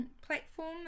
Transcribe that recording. platform